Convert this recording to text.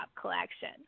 collection